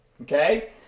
Okay